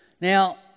Now